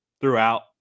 throughout